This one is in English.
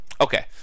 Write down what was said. Okay